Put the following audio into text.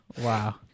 Wow